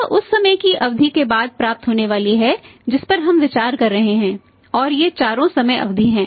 यह उस समय की अवधि के बाद प्राप्त होने वाली है जिस पर हम विचार कर रहे हैं और ये चारों समय अवधि हैं